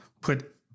put